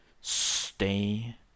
stay